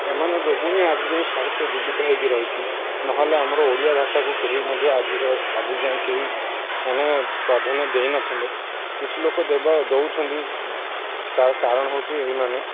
ଏମାନେ ଯୋଗୁ ହିଁ ଆଜି ଯାଏ ସାହିତ୍ୟ ଜୀବିତ ହେଇକି ରହିଛିି ନହେଲେ ଆମର ଓଡ଼ିଆ ଭାଷାକୁ କେହି ମଧ୍ୟ ଆଜିକା ଆଜି ଯାଏଁ କେହି ମାନେ ପ୍ରାଧାନ୍ୟ ଦେଇନଥାନ୍ତେ କିଛି ଲୋକ ଦେବା ଦେଉଛନ୍ତି ତ କାରଣ ହେଉଛି ଏଇମାନେ